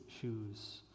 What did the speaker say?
shoes